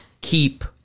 keep